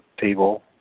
table